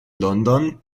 london